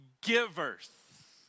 givers